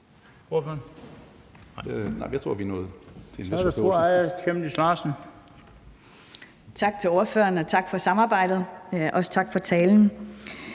Tak til ordføreren, og tak for samarbejdet, og også tak for talen.